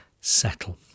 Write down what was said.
settle